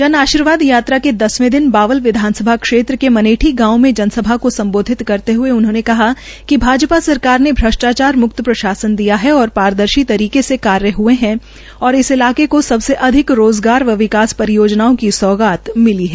जन आर्शीवाद यात्रा के दसवें दिन बावल विधानसभा क्षेत्र के मनेठी गांव में जनसभा को सम्बोधित करते हये उन्होंने कहा कि भाजपा सरकार ने भ्रष्टाचार म्क्त प्रशासन दिया है तथ पारदर्शिता तरीके से कार्य हये है और इस इलाके को सबसे अधिक रोज़गार व विकास परियोजनाओं की सौगात मिली है